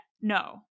no